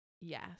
Yes